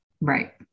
Right